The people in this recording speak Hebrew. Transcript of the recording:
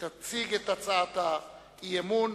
תציג את הצעת האי-אמון